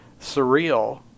surreal